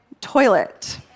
toilet